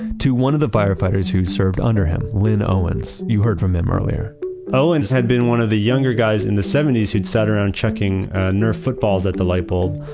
to one of the firefighters who served under him, lynn owens. you heard from him earlier owens had been one of the younger guys in the seventy s who'd sat around chucking a nerf footballs at the light bulb.